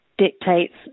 dictates